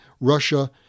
Russia